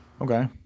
okay